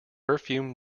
perfume